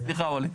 סליחה ווליד.